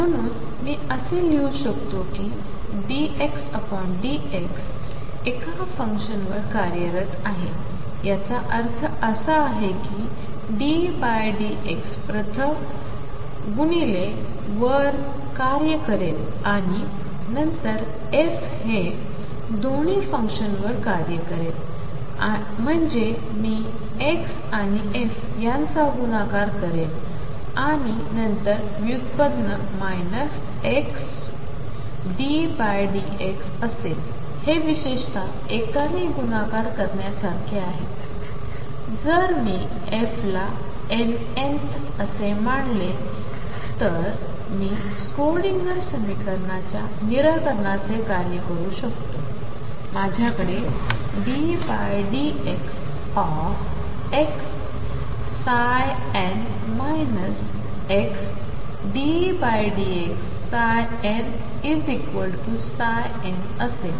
म्हणून मी असे लिहू शकतो की ddxx एका फंक्शनवर कार्यरत आहे याचा अर्थ असा आहे की ddx प्रथम x वर कार्य करेल आणि नंतर f हे दोन्ही फंक्शनवर कार्य करेल म्हणजे मी x आणि f यांचा गुणाकार करीन आणि नंतर व्युत्पन्न xddx असेल हे विशेषतः एकाने गुणाकार करण्यासारखे आहे जर मी f ला n th असे मानले तर मी स्क्रोडिंगर समीकरणाच्या निराकारणाचे कार्य करू शकतो माझ्याकडे ddxxn xdndxn असेल